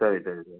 சரி சரி சரி